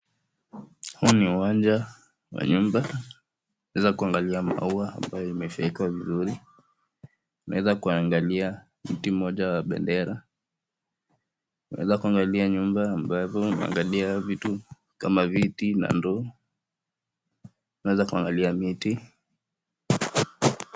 Huu ni uwanja wa nyumba za kuangalia maua, ambayo imefika vizuri, unaeza kuangalia mti mmoja wa bendera, unaweza kuangalia nyumba ambavyo unaangalia vitu kama viti na ndoo. Unaweza kuangalia miti.